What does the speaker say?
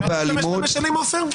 אתה תמיד משתמש במשלים, עופר?